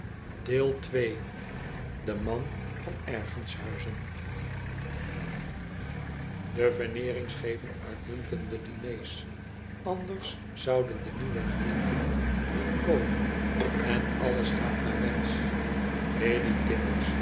geven uitmuntende diners anders zouden de nieuwe vrienden niet komen en alles gaat naar wensch lady tippins